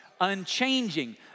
unchanging